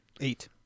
Eight